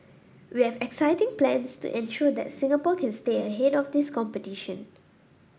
we have exciting plans to ensure that Singapore can stay ahead of this competition